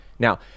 Now